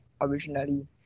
originally